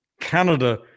Canada